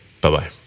bye-bye